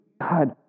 God